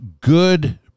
good